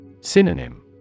Synonym